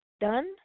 done